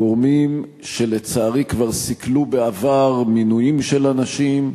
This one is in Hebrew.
גורמים שלצערי כבר סיכלו בעבר מינויים של אנשים,